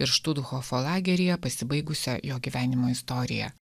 ir štuthofo lageryje pasibaigusią jo gyvenimo istoriją